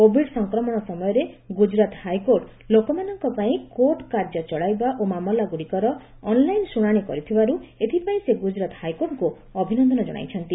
Covid ସଂକ୍ରମଣ ସମୟରେ Gujarat high court ଲୋକମାନଙ୍କ ପାଇଁ କୋର୍ଟ କାର୍ଯ୍ୟ ଚଳାଇବା ଓ ମାମଲା ଗୁଡ଼ିକର ଅନ୍ଲାଇନ୍ ଶୁଣାଣି କରିଥିବାରୁ ଏଥିପାଇଁ ସେ ଗୁଜରାତ ହାଇକୋର୍ଟଙ୍କୁ ଅଭିନନ୍ଦନ ଜଣାଇଛନ୍ତି